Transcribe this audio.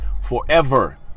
forever